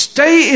Stay